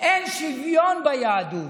אין שוויון ביהדות.